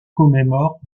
commémore